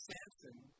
Samson